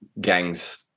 gangs